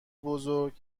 بزرگ